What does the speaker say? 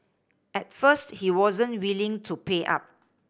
at first he wasn't willing to pay up